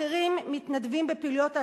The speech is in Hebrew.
אחרים מתנדבים בפעילויות העשרה,